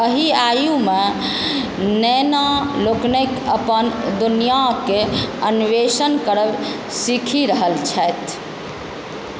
एहि आयुमे नेनालोकनि अपन दुनियाक अन्वेषण करब सीखि रहल छथि